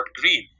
green